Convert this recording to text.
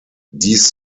dies